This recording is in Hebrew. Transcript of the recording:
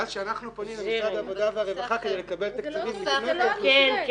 ואז כשאנחנו פונים למשרד העבודה והרווחה כדי לקבל תקציבים --- אז בעצם